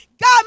God